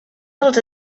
dels